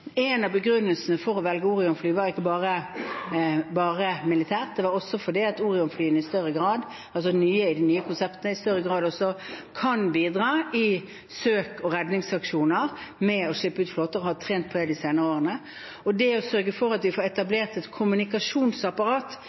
En av begrunnelsene for å velge Orion-fly var ikke bare militært, men også at Orion-flyene, altså de nye, i det nye konseptet, i større grad kan bidra i søk- og redningsaksjoner med å slippe ut flåter, noe de har trent på de senere årene. Det å sørge for at vi får etablert et kommunikasjonsapparat,